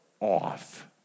off